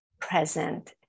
present